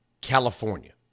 California